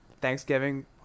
Thanksgiving